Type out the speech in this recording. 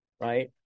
right